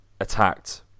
attacked